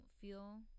feel